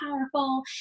powerful